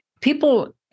people